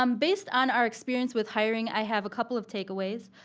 um based on our experience with hiring, i have a couple of takeaways.